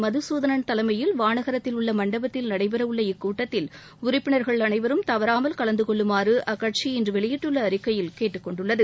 மதுசூதனன் தலைமையில் வானகரத்தில் உள்ள மண்டபத்தில் நடைபெற உள்ள இக்கூட்டத்தில் உறுப்பினர்கள் அனைவரும் தவறாமல் கலந்து கொள்ளுமாறு அக்கட்சி இன்று வெளியிட்டுள்ள அறிக்கையில் கேட்டுக்கொண்டுள்ளது